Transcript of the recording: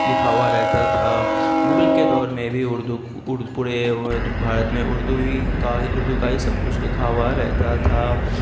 لکھا ہوا رہتا تھا مغل کے دور میں بھی اردو پورے بھارت میں اردو ہی کا اردو کا ہی سب کچھ لکھا ہوا رہتا تھا